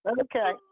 Okay